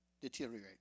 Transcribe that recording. deteriorate